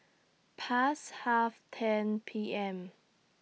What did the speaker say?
Past Half ten P M